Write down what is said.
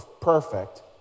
perfect